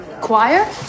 Choir